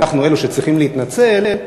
אנחנו אלה שצריכים להתנצל,